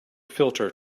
filter